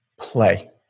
Play